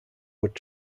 would